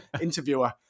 interviewer